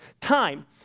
time